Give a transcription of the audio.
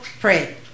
pray